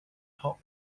top